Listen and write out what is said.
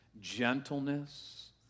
gentleness